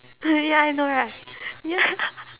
ya I know right ya